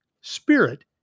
spirit